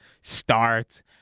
start